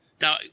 Now